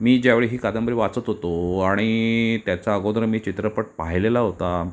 मी ज्यावेळी ही कादंबरी वाचत होतो आणि त्याचा अगोदर मी चित्रपट पाह्यलेला होता